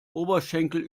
oberschenkel